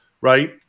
right